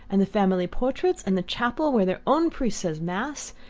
and the family portraits, and the chapel, where their own priest says mass,